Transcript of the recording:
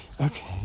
okay